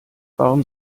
warum